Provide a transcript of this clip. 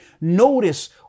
Notice